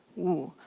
woo,